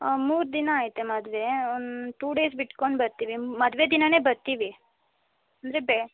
ಹಾಂ ಮೂರು ದಿನ ಐತೆ ಮದುವೆ ಒಂದು ಟು ಡೇಸ್ ಬಿಟ್ಕೊಂಡು ಬರ್ತೀವಿ ಮದುವೆ ದಿನಾನೇ ಬರ್ತೀವಿ ಅಂದರೆ ಬೆ